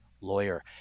lawyer